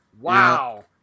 Wow